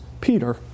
Peter